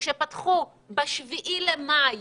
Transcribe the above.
כשפתחו ב-7 למאי